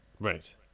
right